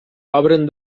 obren